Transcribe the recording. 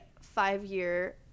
five-year